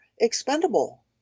expendable